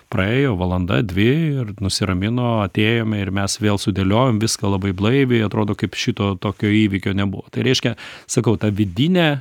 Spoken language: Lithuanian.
praėjo valanda dvi ir nusiramino atėjome ir mes vėl sudėliojom viską labai blaiviai atrodo kaip šito tokio įvykio nebuvo tai reiškia sakau ta vidinė